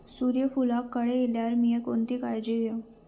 सूर्यफूलाक कळे इल्यार मीया कोणती काळजी घेव?